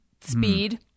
speed